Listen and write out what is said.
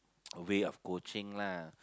a way of coaching lah